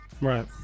right